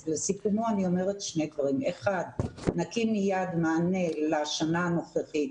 אז לסיכום אני אומרת שני דברים: אחד נקים מיד מענה לשנה הנוכחית